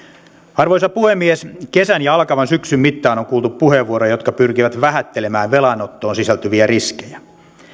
arvoisa puhemies kesän ja alkavan syksyn mittaan on kuultu puheenvuoroja jotka pyrkivät vähättelemään velanottoon sisältyviä riskejä